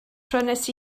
prynais